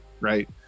Right